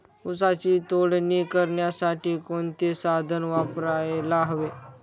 ऊसाची तोडणी करण्यासाठी कोणते साधन वापरायला हवे?